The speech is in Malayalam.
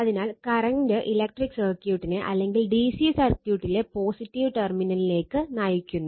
അതിനാൽ കറന്റ് ഇലക്ട്രിക് സർക്യൂട്ടിനെ അല്ലെങ്കിൽ ഡിസി സർക്യൂട്ടിലെ പോസിറ്റീവ് ടെർമിനലിലേക്ക് നയിക്കുന്നു